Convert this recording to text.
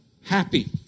Happy